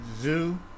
zoo